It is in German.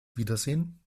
wiedersehen